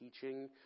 teaching